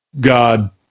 god